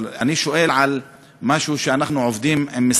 אבל אני שואל על משהו שאנחנו עובדים בקשר